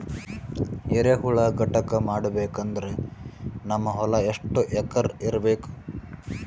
ಎರೆಹುಳ ಘಟಕ ಮಾಡಬೇಕಂದ್ರೆ ನಮ್ಮ ಹೊಲ ಎಷ್ಟು ಎಕರ್ ಇರಬೇಕು?